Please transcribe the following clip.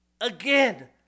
Again